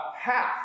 half